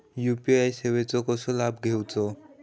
UPI सेवाचो कसो लाभ घेवचो?